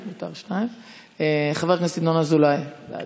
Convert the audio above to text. חבר הכנסת ינון אזולאי.